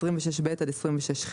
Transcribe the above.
26ב עד 26ח,